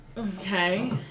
Okay